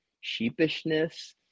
sheepishness